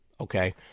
Okay